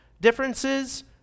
differences